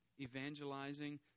evangelizing